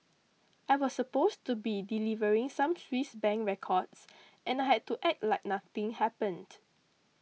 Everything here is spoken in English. I was supposed to be delivering some Swiss Bank records and I had to act like nothing happened